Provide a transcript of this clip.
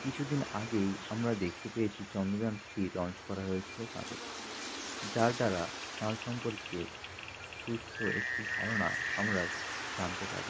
কিছু দিন আগেই আমরা দেখতে পেয়েছি চন্দ্রযান থ্রি লঞ্চ করা হয়েছিলো চাঁদে যার দ্বারা চাঁদ সম্পর্কে সুষ্ঠ একটি ধারণা আমরা জানতে পারি